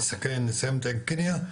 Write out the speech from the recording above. נסכם נסיים את עין קנייא,